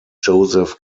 joseph